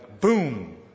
Boom